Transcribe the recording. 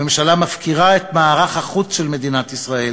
הממשלה מפקירה את מערך החוץ של מדינת ישראל